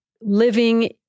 living